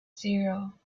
zero